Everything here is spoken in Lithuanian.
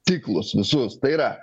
ciklus visus tai yra